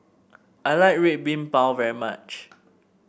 I like Red Bean Bao very much